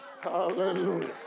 Hallelujah